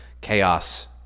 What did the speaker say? chaos